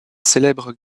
célèbres